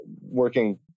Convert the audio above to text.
working